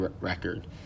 record